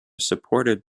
supported